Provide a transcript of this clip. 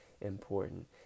important